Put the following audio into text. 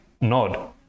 Nod